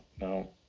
no